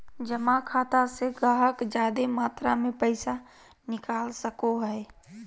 जमा खाता से गाहक जादे मात्रा मे पैसा निकाल सको हय